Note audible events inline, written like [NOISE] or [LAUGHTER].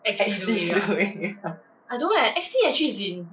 X P doing [LAUGHS]